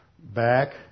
back